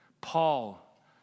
Paul